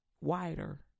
wider